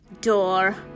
door